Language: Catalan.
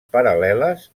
paral·leles